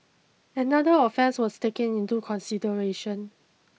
another offence was taken into consideration